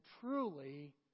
truly